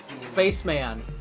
Spaceman